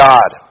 God